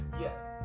Yes